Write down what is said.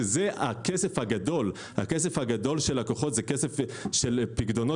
שזה הכסף הגדול של לקוחות זה כסף של פיקדונות